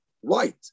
white